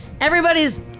Everybody's